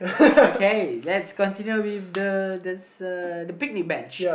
okay let's continue with the there's a pygmy bench